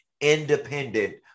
independent